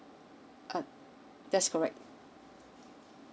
err that's correct